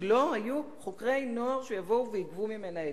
כי לא היו חוקרי נוער שיבואו ויגבו ממנה עדות.